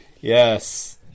Yes